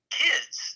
kids